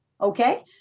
Okay